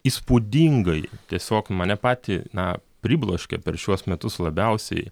įspūdingai tiesiog mane patį na pribloškė per šiuos metus labiausiai